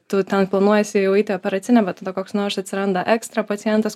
tu ten planuojasi jau eit į operacinę bet tada koks nors atsiranda ekstra pacientas